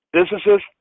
Businesses